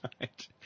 right